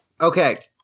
Okay